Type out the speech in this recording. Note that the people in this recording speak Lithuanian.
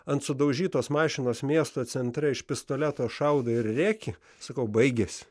ant sudaužytos mašinos miesto centre iš pistoleto šaudo ir rėki sakau baigėsi